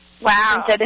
Wow